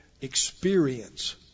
experience